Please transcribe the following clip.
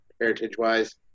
heritage-wise